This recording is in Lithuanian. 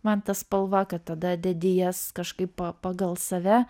man ta spalva kad tada dedi jas kažkaip pagal save